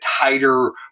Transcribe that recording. tighter